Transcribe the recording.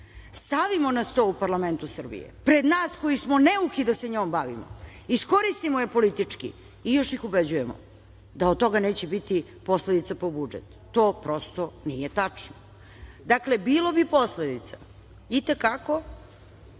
stavimo na sto u parlamentu Srbije, pred nas koji smo neuki da se njom bavimo, iskoristimo je politički i još ih ubeđujemo da od toga neće biti posledica po budžet, to prosto nije tačno. Dakle, bilo bi posledica i te kako.